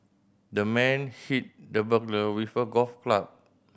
the man hit the burglar with a golf club